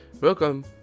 Welcome